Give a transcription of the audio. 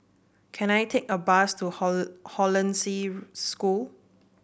can I take a bus to Hollandse School